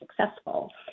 successful